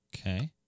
Okay